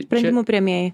sprendimų priėmėjai